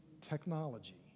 technology